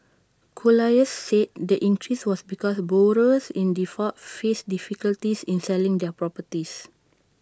colliers said the increase was because borrowers in default faced difficulties in selling their properties